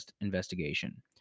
investigation